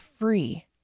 free